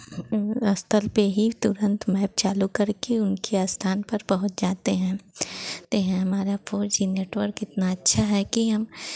स्थल पे ही तुरंत मैप चालू करके उनके स्थान पर पहुँच जाते हैं ते हैं हमारा फोर जी नेटवर्क इतना अच्छा है कि हम